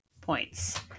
points